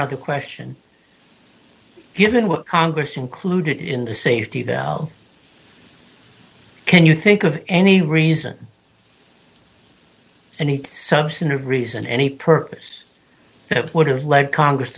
other question given what congress included in the safety can you think of any reason any substantive reason any purpose that would have led congress